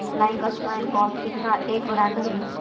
flying Squirrel coffee का एक brand हई